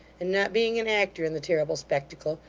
and not being an actor in the terrible spectacle,